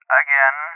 again